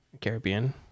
Caribbean